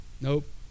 nope